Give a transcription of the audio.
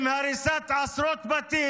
עם הריסת עשרות בתים.